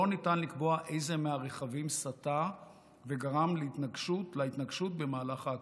לא ניתן לקבוע איזה מהרכבים סטה וגרם להתנגשות במהלך העקיפה.